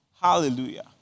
Hallelujah